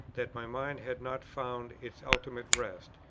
that my mind had not found its ultimate rest,